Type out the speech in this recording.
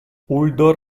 uldor